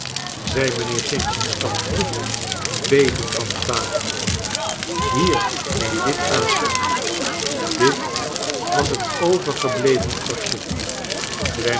zei mijnheer f's tante bevend van kwaadheid hier neem dit aan dit was het overgebleveu korstje